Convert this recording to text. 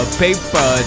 paper